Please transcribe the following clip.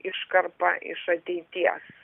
iškarpą iš ateities